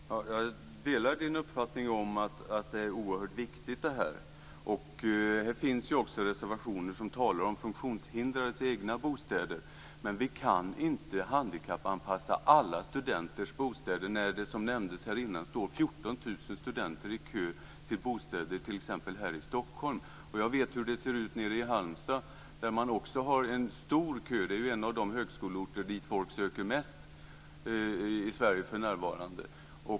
Fru talman! Jag delar Sten Lundströms uppfattning om att detta är oerhört viktigt. Här finns också reservationer där det talas om funktionshindrades egna bostäder. Men vi kan inte handikappanpassa alla studenters bostäder när det - som nämndes här innan - står 14 000 studenter i kö till bostäder t.ex. i Stockholm. Och jag vet hur det ser ut i Halmstad där man också har en lång kö - det är ju en av de högskoleorter dit folk söker mest för närvarande.